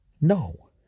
No